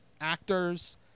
actors